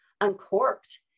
Uncorked